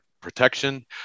protection